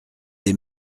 des